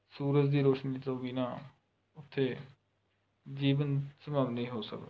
ਸੂਰਜ ਦੀ ਰੌਸ਼ਨੀ ਤੋਂ ਬਿਨ੍ਹਾਂ ਉੱਥੇ ਜੀਵਨ ਸੰਭਵ ਨਹੀਂ ਹੋ ਸਕਦਾ